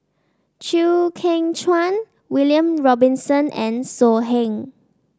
Chew Kheng Chuan William Robinson and So Heng